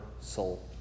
soul